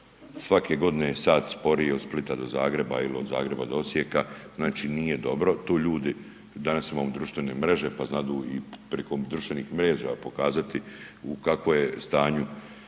Svake godine sat sporije od Splita do Zagreba ili od Zagreba do Osijeka, znači nije dobro. Tu ljudi danas imamo društvene mreže pa znadu i priko društvenih mreža pokazati u kakvom je stanju